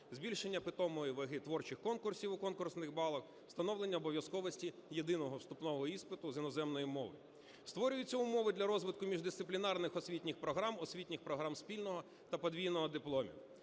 збільшення питомої ваги творчих конкурсів у конкурсних балах, встановлення обов'язковості єдиного вступного іспиту з іноземної мови. Створюються умови для розвитку міждисциплінарних освітніх програм, освітніх програм спільного та подвійного дипломів.